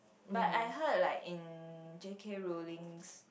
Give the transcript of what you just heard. but I heard like in J_K-Rowling